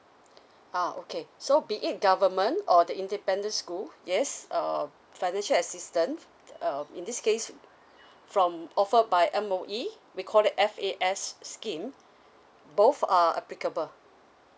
a'ah okay so be it government or the independent school yes um financial assistance uh in this case from offered by M_O_E we call it F_A_S scheme both are applicable